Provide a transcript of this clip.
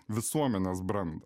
visuomenės brandą